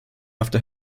after